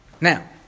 Now